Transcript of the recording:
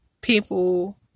people